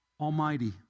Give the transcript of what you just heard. Almighty